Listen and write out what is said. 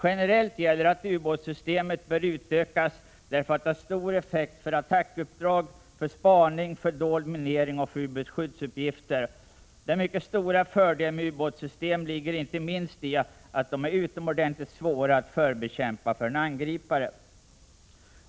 Generellt gäller att ubåtssystemet bör utökas därför att det har stor effekt för attackuppdrag, spaning, dold minering och ubåtsskyddsuppgifter. Den mycket stora fördelen med ubåtssystem ligger inte minst i att dessa är utomordentligt svåra att förbekämpa för en angripare.